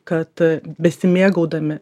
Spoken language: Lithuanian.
kad besimėgaudami